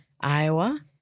Iowa